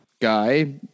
guy